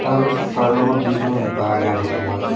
তাৰপিছত তাৰ লগত দি দিওঁ বাঁহগাজ অকণমান